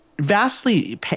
vastly